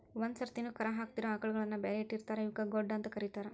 ಒಂದ್ ಸರ್ತಿನು ಕರಾ ಹಾಕಿದಿರೋ ಆಕಳಗಳನ್ನ ಬ್ಯಾರೆ ಇಟ್ಟಿರ್ತಾರ ಇವಕ್ಕ್ ಗೊಡ್ಡ ಅಂತ ಕರೇತಾರ